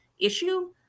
issue